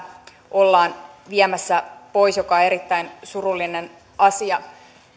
ollaan viemässä pois mikä on erittäin surullinen asia